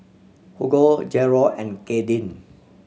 Hugo Jerold and Kadyn